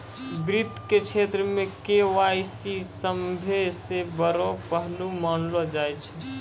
वित्त के क्षेत्र मे के.वाई.सी सभ्भे से बड़ो पहलू मानलो जाय छै